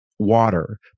water